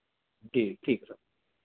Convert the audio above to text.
ठीक ठीक है सर